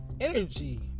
energy